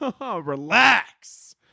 Relax